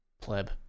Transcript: Pleb